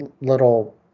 little